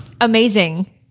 amazing